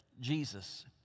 Jesus